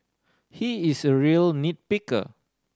he is a real nit picker